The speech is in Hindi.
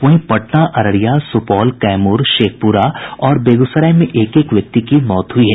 वहीं पटना अररिया सुपौल कैमूर शेखपुरा और बेगूसराय में एक एक व्यक्ति की मौत हुई है